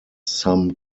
some